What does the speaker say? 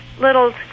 little